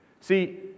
See